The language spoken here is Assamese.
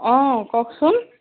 অঁ কওকচোন